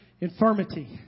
infirmity